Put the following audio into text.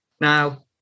Now